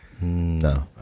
No